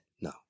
No